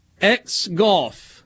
X-Golf